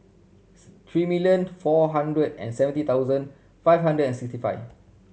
three million four hundred and seventy thousand five hundred and sixty five